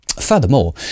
furthermore